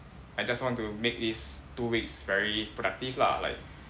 I just want to make this two weeks very productive lah like